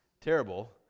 terrible